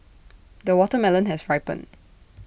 the watermelon has ripened